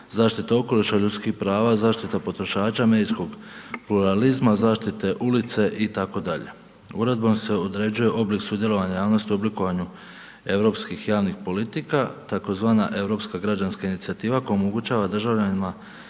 zaštite okoliša, ljudskih prava, zaštita potrošača, medijskog pluralizma, zaštite ulice itd.. Uredbom se određuje oblik sudjelovanja javnosti u oblikovanju europskih javnih politika, tzv. Europska građanska inicijativa koja omogućava državljanima